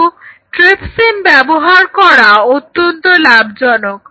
কিন্তু ট্রিপসিন ব্যবহার করা অত্যন্ত লাভজনক